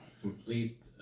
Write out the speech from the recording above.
complete